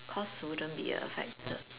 cost wouldn't be a factor